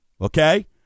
okay